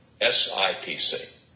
SIPC